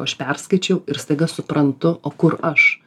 aš perskaičiau ir staiga suprantu o kur aš